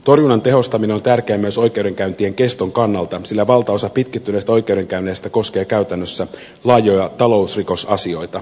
torjunnan tehostaminen on tärkeää myös oikeudenkäyntien keston kannalta sillä valtaosa pitkittyneistä oikeudenkäynneistä koskee käytännössä laajoja talousri kosasioita